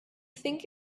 think